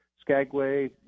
Skagway